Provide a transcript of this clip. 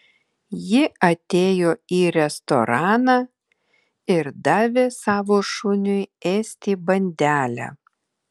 ji atėjo į restoraną ir davė savo šuniui ėsti bandelę